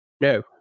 No